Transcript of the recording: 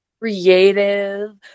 creative